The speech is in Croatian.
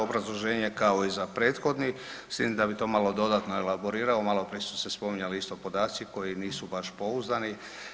Obrazloženje kao i za prethodni s tim da bi to malo dodatno elaborirao, maloprije su se spominjali isto podaci koji nisu baš pouzdani.